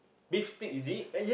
beef steak is it